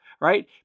right